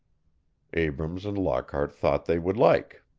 abrams and lockhart thought they would like.